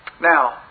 now